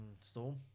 Storm